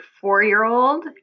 four-year-old